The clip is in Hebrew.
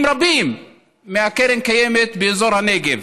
רבים מקרן הקיימת באזור הנגב.